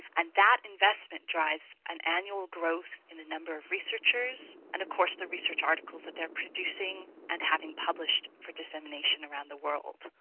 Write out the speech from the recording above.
and that investment drives an annual growth in the number of researchers and of course the research articles that they're producing and having published for dissemination around the world.